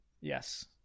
Yes